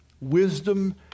wisdom